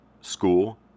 School